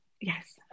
Yes